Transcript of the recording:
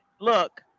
look